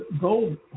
Gold